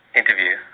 interview